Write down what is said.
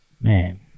man